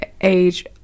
age